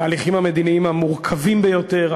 התהליכים המדיניים המורכבים ביותר,